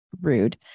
rude